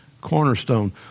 cornerstone